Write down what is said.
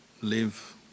live